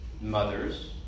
mothers